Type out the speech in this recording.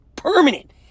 permanent